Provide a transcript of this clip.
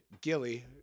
Gilly